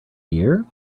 year